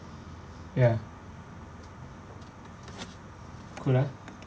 ya cool ah